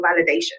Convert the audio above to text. validation